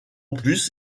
plus